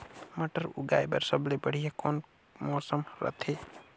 मटर उगाय बर सबले बढ़िया कौन मौसम रथे?